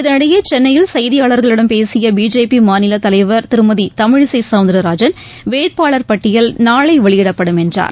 இதனிடையே சென்னையில் செய்தியாளர்களிடம் பேசிய பிஜேபி மாநிலத் தலைவர் திருமதி தமிழிசை சௌந்தரராஜன் வேட்பாளர் பட்டியல் நாளை வெளியிடப்படும் என்றார்